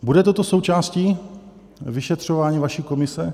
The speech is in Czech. Bude toto součástí vyšetřování vaší komise?